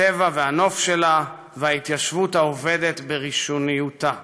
הטבע והנוף שלה וההתיישבות העובדת בראשוניותה.